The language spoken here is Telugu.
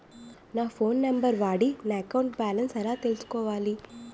నా ఫోన్ నంబర్ వాడి నా అకౌంట్ బాలన్స్ ఎలా తెలుసుకోవాలి?